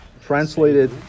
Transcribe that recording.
Translated